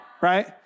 Right